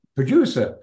Producer